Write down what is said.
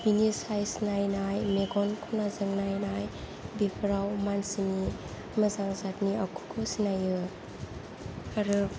बिनि साइज नायनाय मेगन खनाजों नायनाय बिफोराव मानसिनि मोजां जातनि आखुखौ सिनायो आरो